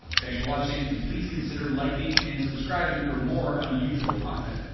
thanks for watching and please consider liking and subscribing for more unusual content.